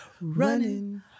running